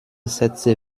sätze